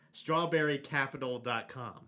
strawberrycapital.com